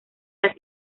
las